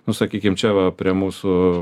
nu sakykim čia va prie mūsų